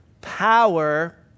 Power